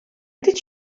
did